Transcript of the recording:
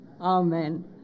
amen